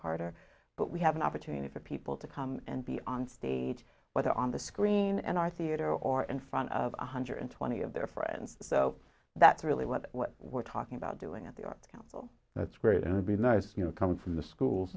macarthur but we have an opportunity for people to come and be on stage whether on the screen and our theater or in front of one hundred twenty of their friends so that's really what what we're talking about doing at the arts council that's great and would be nice you know come from the schools